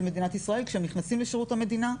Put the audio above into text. מדינת ישראל כשהם נכנסים לשירות המדינה,